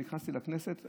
כשנכנסתי לכנסת,